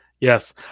Yes